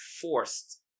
forced